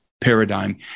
Paradigm